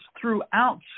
throughout